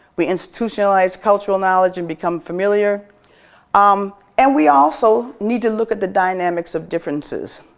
we institutionalize cultural knowledge and become familiar um and we also need to look at the dynamics of differences.